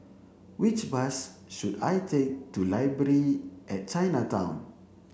which bus should I take to Library at Chinatown